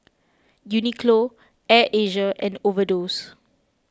Uniqlo Air Asia and Overdose